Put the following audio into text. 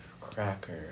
cracker